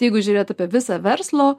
jeigu žiūrėti apie visą verslo